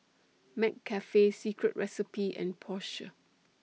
McCafe Secret Recipe and Porsche